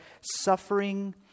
suffering